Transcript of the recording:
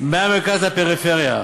מהמרכז לפריפריה.